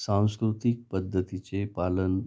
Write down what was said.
सांस्कृतिक पद्धतीचे पालन